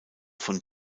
von